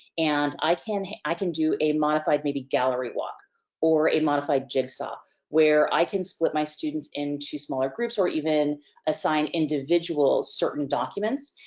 and, i i can do a modified maybe gallery walk or a modified jigsaw where i can split my students into smaller groups or even assign individual certain documents.